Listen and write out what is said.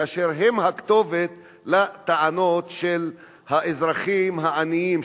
כאשר הם הכתובת לטענות של האזרחים העניים,